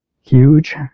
huge